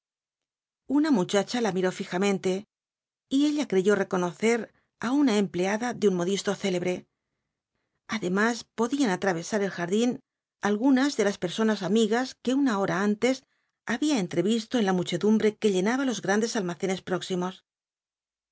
una muchacha la miró fijamente y ella creyó reconocer á una empleada de un modisto célebre además podían atravesar el jardín algunas de las personas amigas que una hora antes había entrevisto en la muchedumbre que llenaba los grandes almacenes próximos